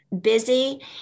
busy